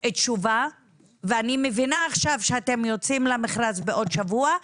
לא קיבלתי תשובה ואני מבינה עכשיו שאתם יודעים למכרז בעוד שבוע,